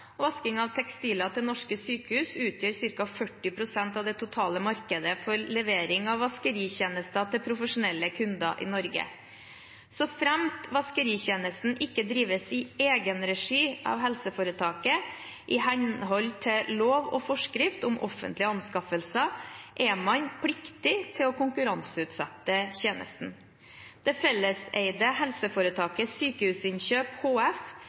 av tekstiler til norske sykehus utgjør ca. 40 pst. av det totale markedet for levering av vaskeritjenester til profesjonelle kunder i Norge. Såfremt vaskeritjenesten ikke drives i egenregi av helseforetaket, i henhold til lov og forskrift om offentlige anskaffelser, er man pliktig til å konkurranseutsette tjenesten. Det felleseide helseforetaket Sykehusinnkjøp HF